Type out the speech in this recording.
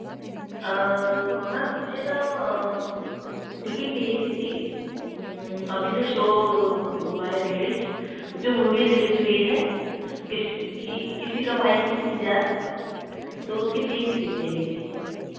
ma'am मुझे ना ticket चाहिए थी तीन अभी जो शो हुआ है रिलीज जो मूवी रिलीज हुई है किसी की किसी का भाई किसी की जान तो उसकी तीन टिकट चाहिए थी